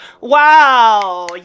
Wow